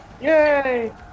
Yay